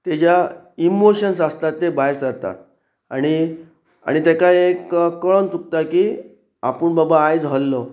तेज्या इमोशन्स आसतात ते भायर सरतात आनी आनी ताका एक कळोन चुकता की आपूण बाबा आयज हरलो